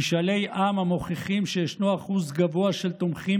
משאלי עם מוכיחים שישנו אחוז גבוה של תומכים